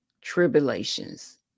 tribulations